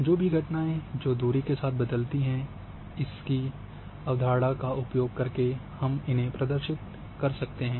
जो भी घटनाएँ जो कि दूरी के साथ बदलती हैं इसी अवधारणा का उपयोग करके हम उन्हें प्रदर्शित कर सकते हैं